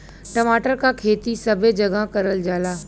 टमाटर क खेती सबे जगह करल जाला